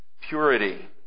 purity